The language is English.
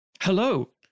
hello